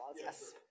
yes